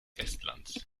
estlands